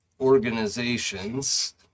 organizations